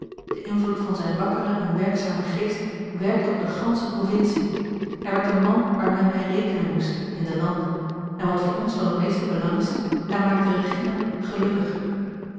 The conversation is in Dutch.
de invloed van zijn wakkeren en werkzamen geest werkte op de gansche provincie hij werd een man waar men mee rekenen moest in den lande en wat voor ons van het meeste belang is hij maakte regina gelukkig